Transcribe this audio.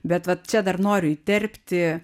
bet vat čia dar noriu įterpti